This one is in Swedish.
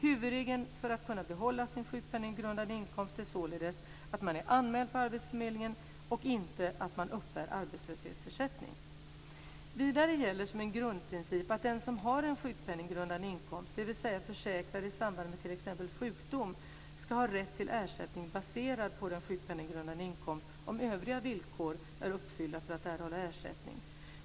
Huvudregeln för att man ska kunna behålla sin sjukpenninggrundande inkomst är således att man är anmäld på arbetsförmedlingen och inte att man uppbär arbetslöshetsersättning. Vidare gäller som en grundprincip att den som har en sjukpenninggrundande inkomst - dvs. är försäkrad i samband med t.ex. sjukdom - ska ha rätt till ersättning baserad på denna sjukpenninggrundande inkomst, om övriga villkor är uppfyllda för att erhålla ersättning.